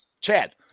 Chad